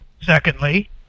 Secondly